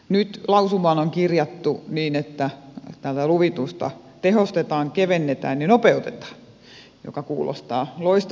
nyt lausumaan on kirjattu niin että tätä luvitusta tehostetaan kevennetään ja nopeutetaan mikä kuulostaa loistavalta